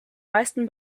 meisten